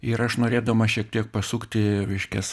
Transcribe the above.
ir aš norėdamas šiek tiek pasukti reiškias